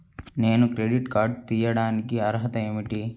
నేను credit card తీయడానికి అర్హత ఏమిటి?